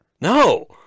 No